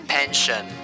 Pension